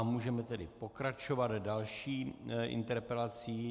Můžeme tedy pokračovat další interpelací.